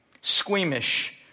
squeamish